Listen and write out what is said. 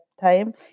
time